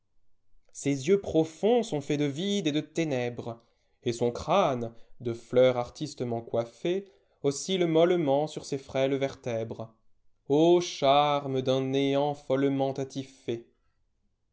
ses yeux profonds sont faits de vide et de ténèbres et son crâne de fleurs artistemcnt coiffé oscille mollement sur ses frêles vertèbres charme d'un néant follement